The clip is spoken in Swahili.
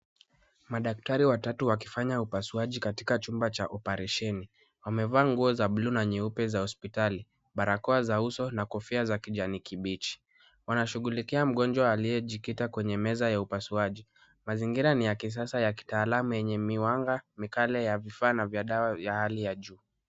Madaktari watatu wakifanya upasuaji katika chumba cha oparesheni. Wamevaa nguo za blue na nyeupe za hospitali, barakoa za uso na kofia za kijani kibichi. Wanashughulikia mgonjwa aliyejikita kwenye meza ya upasuaji. Mazingira ni ya kisasa ya kitaalamu yenye miwanga mikale ya vifaa na vya dawa ya hali ya juu.